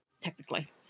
Technically